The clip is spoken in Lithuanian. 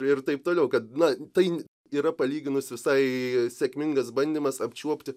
ir taip toliau kad na tai n yra palyginus visai sėkmingas bandymas apčiuopti